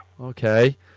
Okay